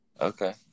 Okay